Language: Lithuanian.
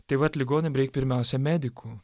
tai vat ligoniam reik pirmiausia medikų